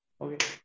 Okay